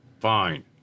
fine